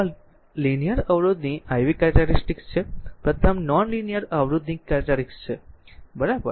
તો આ લીનીયર અવરોધની iv કેરેક્ટેરીસ્ટીક છે પ્રથમ નોન લીનીયર અવરોધની કેરેક્ટેરીસ્ટીક છે બરાબર